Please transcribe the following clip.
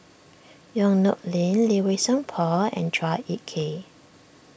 Yong Nyuk Lin Lee Wei Song Paul and Chua Ek Kay